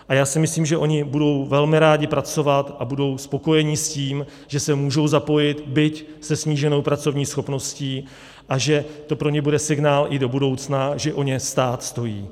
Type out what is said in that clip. A já si myslím, že oni budou velmi rádi pracovat a budou spokojeni s tím, že se můžou zapojit, byť se sníženou pracovní schopností, a že to pro ně bude signál i do budoucna, že o ně stát stojí.